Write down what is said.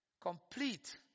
complete